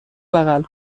بغل